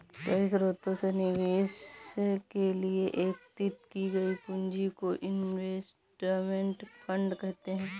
कई स्रोतों से निवेश के लिए एकत्रित की गई पूंजी को इनवेस्टमेंट फंड कहते हैं